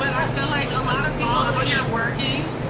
but i feel like a lot of people ah yeah are working.